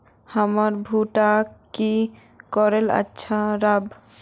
हमर भुट्टा की करले अच्छा राब?